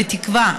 בתקווה,